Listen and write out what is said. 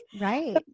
Right